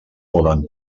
poden